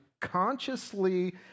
consciously